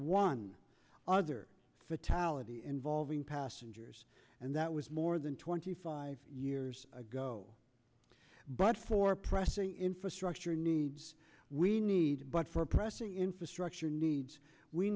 one other fatality involving passengers and that was more than twenty five years ago but for pressing infrastructure needs we need but for pressing infrastructure needs we